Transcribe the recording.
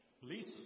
Please